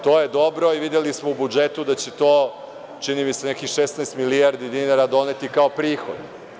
To je dobro i videli smo u budžetu da će to, čini mi se, nekih 16 milijardi dinara doneti kao prihod.